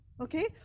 okay